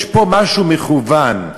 יש פה משהו מכוון.